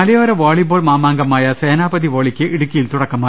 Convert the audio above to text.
മലയോര വോളിബോൾ മാമാങ്കമായ സേനാപതി വോളിക്ക് ഇടുക്കി യിൽ തുടക്കമായി